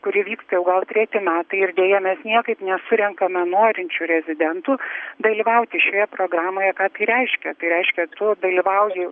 kuri vyksta jau gal treti metai ir deja mes niekaip nesurenkame norinčių rezidentų dalyvauti šioje programoje ką tai reiškia tai reiškia tu dalyvauji